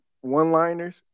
one-liners-